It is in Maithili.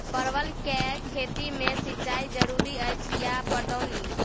परवल केँ खेती मे सिंचाई जरूरी अछि या पटौनी?